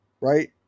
right